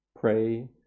pray